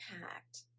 impact